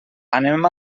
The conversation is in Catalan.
anem